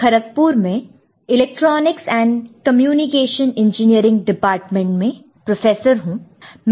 मैं IIT खड़कपुर में electronics and communication engineering department Electronics Communication Engineering department में professor हूं